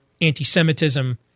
antisemitism